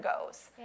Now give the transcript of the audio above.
goes